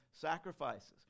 sacrifices